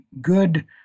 good